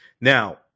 Now